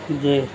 جی